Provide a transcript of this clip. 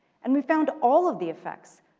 and we found all of the effects.